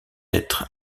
être